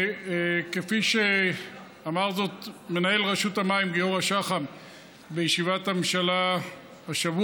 וכפי שאמר זאת מנהל רשות המים גיורא שחם בישיבת הממשלה השבוע,